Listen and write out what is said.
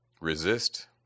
Resist